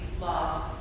love